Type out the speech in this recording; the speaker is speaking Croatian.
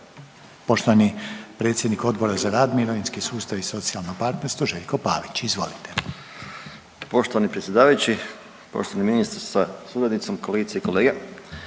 Poštovani predsjednik Odbora za rad, mirovinski sustav i socijalno partnerstvo Željko Pavić. Izvolite. **Pavić, Željko (Nezavisni)** Poštovani predsjedavajući, poštovani ministre sa suradnicom, kolegice i kolege.